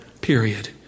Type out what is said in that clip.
period